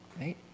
right